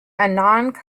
anand